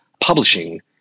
publishing